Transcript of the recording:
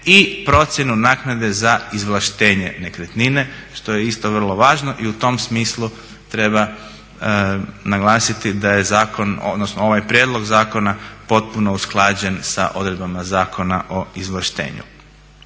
i procjenu naknade za izvlaštenje nekretnine što je isto vrlo važno i u tom smislu treba naglasiti da je zakon odnosno da je ovaj prijedlog zakona potpuno usklađen sa odredbama Zakona o izvlaštenju.